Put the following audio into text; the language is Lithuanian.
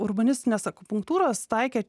urbanistinės akupunktūros taikė